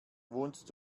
wohnst